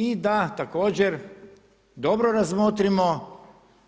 I da također dobro razmotrimo